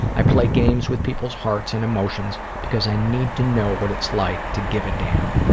i play games with people's hearts and emotions because i need to know what it's like to give a damn.